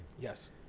yes